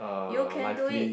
you can do it